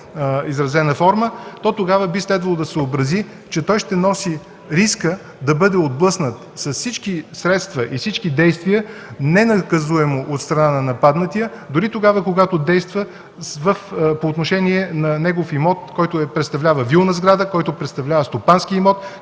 изразена форма, то тогава би следвало да съобрази, че той ще носи риска да бъде отблъснат с всички средства и всички действия, ненаказуемо от страна на нападнатия, дори тогава, когато действа по отношение на негов имот, който представлява вилна сграда, който представлява стопански имот,